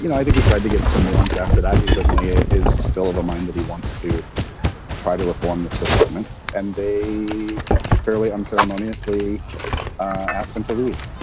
you know i think he tried to give some nuance after that. he certainly is still of a mind that he wants to try to reform this department. and they fairly unceremoniously asked him to leave